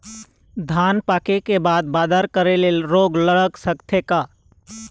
धान पाके के बाद बादल करे ले रोग लग सकथे का?